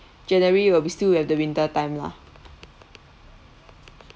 january will be still at the winter time lah